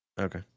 Okay